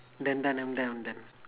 done done I'm done I'm done